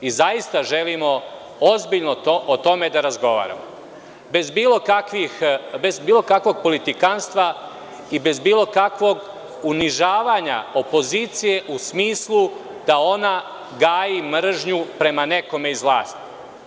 Zaista želimo ozbiljno o tome da razgovaramo, bez bilo kakvog politikanstva, bez bilo kakvog unižavanja opozicije u smislu da ona gaji mržnju prema nekome iz vlasti.